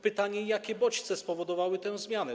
Pytanie: Jakie bodźce spowodowały tę zmianę?